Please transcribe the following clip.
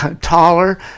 taller